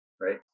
Right